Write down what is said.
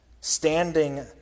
standing